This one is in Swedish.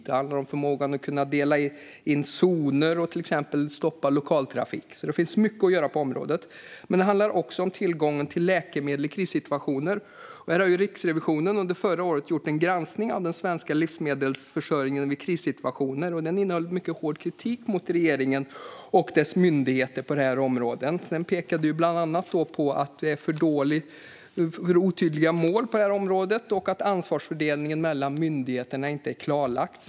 Det handlar om förmågan att dela in zoner och till exempel stoppa lokaltrafik. Det finns alltså mycket att göra på området. Det handlar också om tillgången till läkemedel i krissituationer. Riksrevisionen gjorde förra året en granskning av den svenska läkemedelsförsörjningen vid krissituationer. Den innehöll mycket hård kritik mot regeringen och dess myndigheter på det här området. Den pekade bland annat på att det är för otydliga mål på området och att ansvarsfördelningen mellan myndigheterna inte är klarlagd.